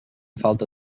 falta